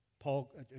Paul